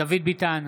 דוד ביטן,